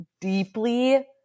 deeply –